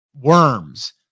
worms